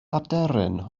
aderyn